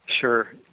Sure